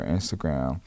Instagram